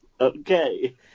Okay